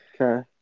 Okay